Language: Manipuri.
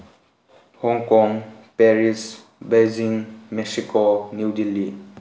Hong Kong Paris Beijing Mexico New Delhi